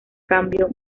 cambio